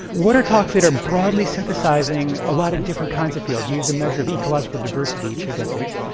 what are talks that are broadly synthesizing a lot of different kinds of fields. we used a measure of ecological diversity to get this.